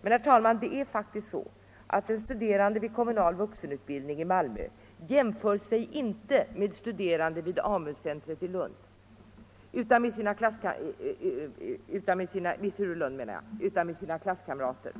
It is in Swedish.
Men det är faktiskt så att en studerande vid kommunal vuxenutbildning i Malmö inte jämför sig med de studerande vid AMU-centret i Furulund utan med sina klasskamrater.